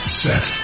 set